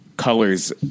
Colors